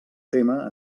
tema